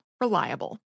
Reliable